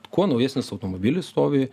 kuo naujesnis automobilis stovi